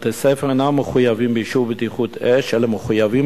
בתי-ספר אינם מחויבים באישור בטיחות אש אלא מחויבים